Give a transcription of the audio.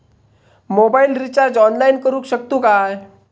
Mobile recharge online करुक शकतू काय?